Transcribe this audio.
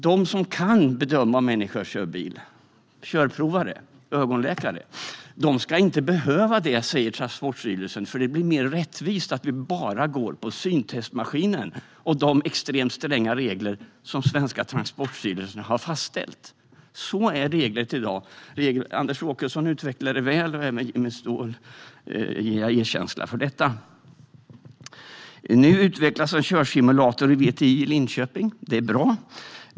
De som kan bedöma hur människor kör bil, körprovare och ögonläkare, ska inte behöva göra det, säger Transportstyrelsen: Det blir mer rättvist om vi bara går på syntestmaskinen och de extremt stränga regler som svenska Transportstyrelsen har fastställt. Så är regelverket i dag. Anders Åkesson utvecklade det väl. Även Jimmy Ståhl ger jag erkänsla för detta. Nu utvecklas en körsimulator i VTI i Linköping. Det är bra.